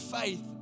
faith